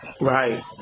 Right